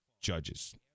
judges